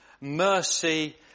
mercy